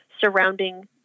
surrounding